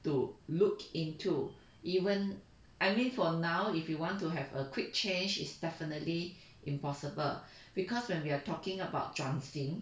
to look into even I mean for now if you want to have a quick change is definitely impossible because when we are talking about 转型